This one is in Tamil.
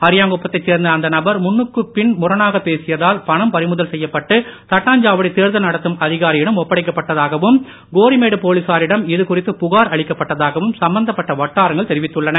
அரியாங்குப்பத்தை சேர்ந்த அந்த நபர் முன்னுக்கு பின்னாக பேசியதால் பணம் பறிமுதல் செய்யப்பட்டு தட்டாஞ்சாவடி தேர்தல் நடத்தும் அதிகாரியிடம் ஒப்படைக்கப்பட்டதாகவும் கோரிமேடு போலீசாரிடம் இது குறித்து புகார் அளிக்கப்பட்டதாகவும் சம்பந்தப்பட்ட வட்டாரங்கள் தெரிவித்துள்ளன